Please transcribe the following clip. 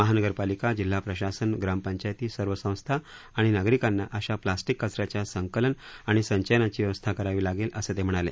महानगरपालिका जिल्हा प्रशासन ग्रामपंचायती सर्व संस्था आणि नागरिकांना अशा प्लॅस्टिक कचऱ्याच्या संकलन आणि संचयनाची व्यवस्था करावी असे ते म्हणाले